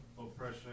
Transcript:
oppression